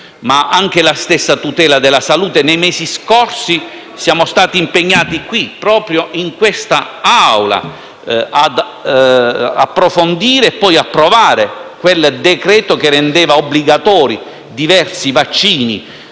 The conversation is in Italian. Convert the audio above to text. ma anche la stessa tutela della salute. Nei mesi scorsi siamo stati impegnati, proprio in quest'Assemblea, ad approfondire, e poi convertire in legge, il decreto-legge che rendeva obbligatori diversi vaccini.